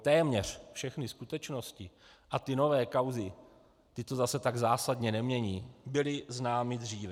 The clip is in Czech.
Téměř všechny skutečnosti, a ty nové kauzy, ty to zase tak zásadně nemění, byly známy dříve.